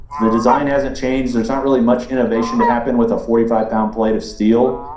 the design hasn't changed, there's not really much innovation to happen with a forty five pound plate of steel.